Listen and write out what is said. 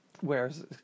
whereas